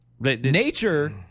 Nature